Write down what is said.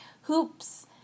hoops